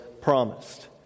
promised